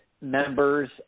members